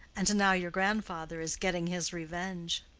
and now your grandfather is getting his revenge.